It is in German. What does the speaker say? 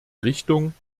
richtung